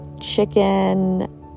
chicken